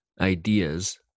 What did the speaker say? ideas